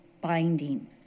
binding